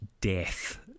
death